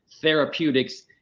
therapeutics